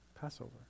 Passover